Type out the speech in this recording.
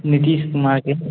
नीतीश कुमारके